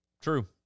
True